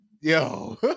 Yo